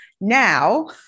now